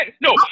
No